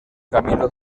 camilo